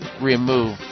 remove